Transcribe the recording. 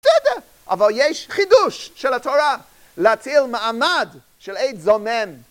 בסדר, אבל יש חידוש של התורה להצהיר מעמד של עד זומם